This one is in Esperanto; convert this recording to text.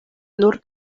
nur